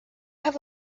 have